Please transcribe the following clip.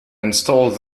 installed